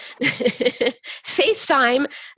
Facetime